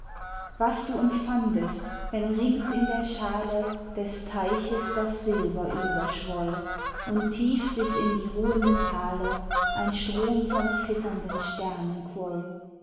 was du empfandest wenn rings in der schale des teiches das silber überschwoll und tief bis in die ruhenden tale ein strom von zitternden